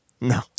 No